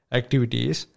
activities